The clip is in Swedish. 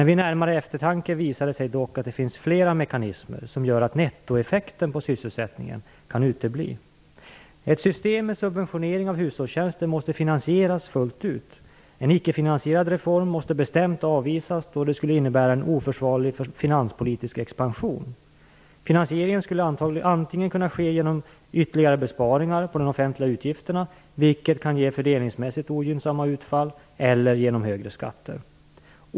Vid närmare eftertanke visar det sig dock att det finns flera mekanismer som gör att nettoeffekten på sysselsättningen kan utebli. Ett system med subventionering av hushållstjänster måste finansieras fullt ut. En icke-finansierad reform måste bestämt avvisas, då den skulle innebära en oförsvarlig finanspolitisk expansion. Finansieringen skulle kunna ske antingen genom ytterligare besparingar på de offentliga utgifterna - vilket kan ge fördelningsmässigt ogynnsamma utfall - eller genom högre skatter.